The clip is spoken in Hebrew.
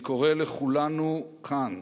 אני קורא לכולנו כאן,